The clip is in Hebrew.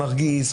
מרגיז,